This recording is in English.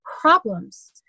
problems